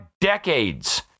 decades